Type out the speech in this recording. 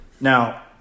Now